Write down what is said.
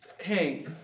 Hey